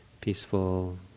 peaceful